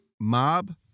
Mob